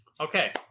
Okay